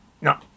no